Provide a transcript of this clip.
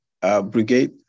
brigade